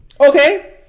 Okay